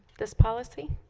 this policy